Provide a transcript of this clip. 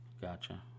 Gotcha